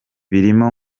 birimo